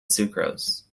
sucrose